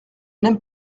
n’aime